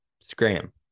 scram